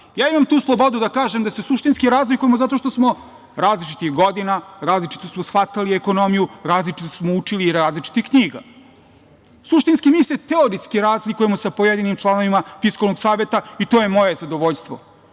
Imam tu slobodu da kažem da se suštinski razlikujemo zato što smo različitih godina, različito smo shvatali ekonomiju, različito smo učili iz različitih knjiga. Suštinski, mi se teorijski razlikujemo sa pojedinim članovima Fiskalnog saveta. To je moje zadovoljstvo. Kada